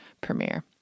premiere